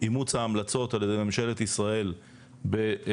אימוץ ההמלצות על ידי ממשלת ישראל בדצמבר,